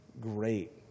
great